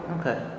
Okay